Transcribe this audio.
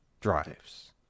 drives